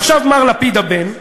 עכשיו מר לפיד הבן,